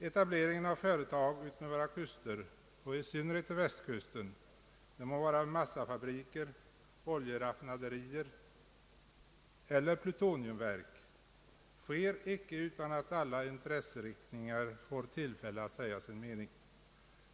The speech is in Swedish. Etableringen av företag utmed våra kuster och i synnerhet på västkusten, det må vara massafabriker, oljeraffinaderier eller plutoniumverk, sker icke utan att alla intresseriktningar får tillfälle att säga sin mening.